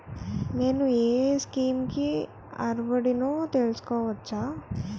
నేను యే యే స్కీమ్స్ కి అర్హుడినో తెలుసుకోవచ్చా?